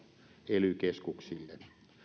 ely keskuksille